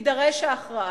שתידרש ההכרעה,